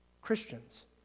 Christians